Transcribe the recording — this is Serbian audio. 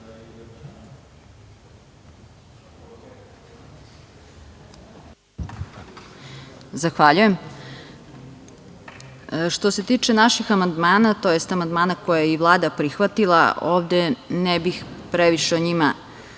Zahvaljujem. Što se tiče naših amandmana, tj. amandmana koje je i Vlada prihvatila, ovde ne bih previše o njima